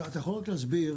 אתה יכול רק להסביר